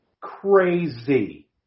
crazy